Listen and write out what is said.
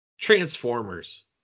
Transformers